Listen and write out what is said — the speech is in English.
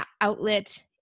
outlet